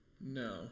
No